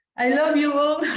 i love you all!